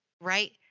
Right